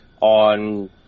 on